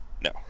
No